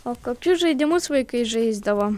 o kokius žaidimus vaikai žaisdavo